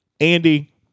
Andy